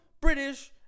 British